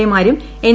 A മാരും N